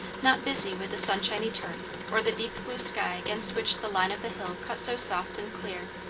not busy with the sunshiny turf or the deep blue sky against which the line of the hill cut so soft and clear.